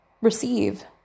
receive